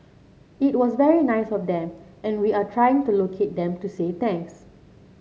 it was very nice of them and we are trying to locate them to say thanks